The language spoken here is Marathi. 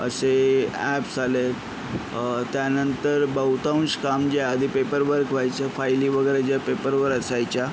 असे ॲप्स आलेत त्यानंतर बहुतांश काम जे आधी पेपरवर्क व्हायचं फाईली वगैरे जे पेपरवर असायच्या